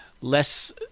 less